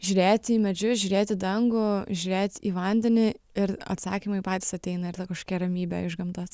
žiūrėti į medžius žiūrėt į dangų žiūrėt į vandenį ir atsakymai patys ateina ir tada kažkokia ramybė iš gamtos